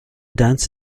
dance